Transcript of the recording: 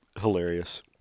hilarious